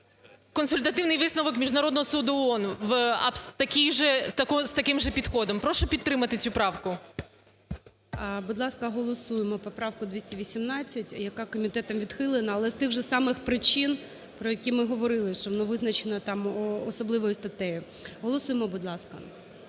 консультативний висновок Міжнародного суду ООН з таким же підходом. Прошу підтримати цю правку. ГОЛОВУЮЧИЙ. Будь ласка, голосуємо поправку 218, яка комітетом відхилена, але з тих же самих причин, про які ми говорили, що воно визначено там особливою статтею. Голосуємо, будь ласка.